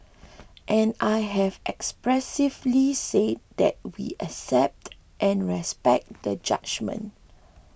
and I have expressively said that we accept and respect the judgement